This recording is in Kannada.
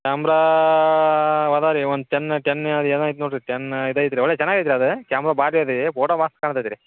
ನಂಬ್ರಾ ವದರಿ ಒಂದು ಟೆನ್ ಟೆನ್ ಅದ ಏನೋ ಐತಿ ನೊಡ್ರಿ ಟೆನ್ ಇದು ಐತಿ ರೀ ಒಳ್ಳೆಯ ಚೆನ್ನಾಗೈರಿ ರೀ ಅದು ಕ್ಯಾಮ್ರಾ ಬಾದಿ ಅದಿ ಫೋಟೋ ಮಸ್ತ್ ಕಾಣ್ತೈತಿ ರೀ